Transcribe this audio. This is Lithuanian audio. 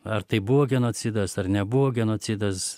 ar tai buvo genocidas ar nebuvo genocidas